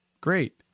Great